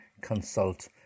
consult